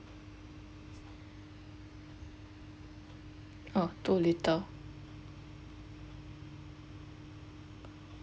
oh too little